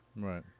Right